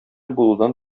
булудан